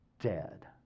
dead